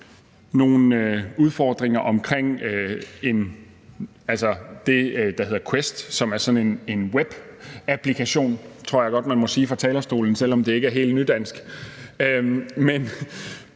nogle udfordringer omkring det, der hedder QUEST, som er sådan en web-applikation, tror jeg godt man må sige fra talerstolen, selv om det ikke er helt nydansk. Det